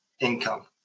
income